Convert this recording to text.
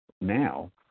now